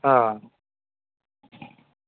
आं